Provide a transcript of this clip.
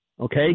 okay